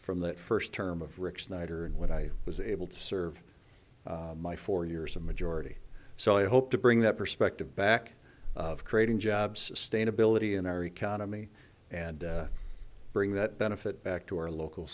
from that first term of rick snyder and when i was able to serve my four years of majority so i hope to bring that perspective back of creating jobs state ability in our economy and bring that if it back to our local